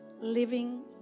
living